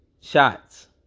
shots